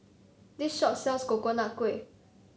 this shop sells Coconut Kuih